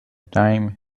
time